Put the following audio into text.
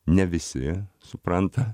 ne visi supranta